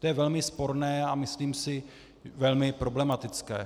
To je velmi sporné a myslím si velmi problematické.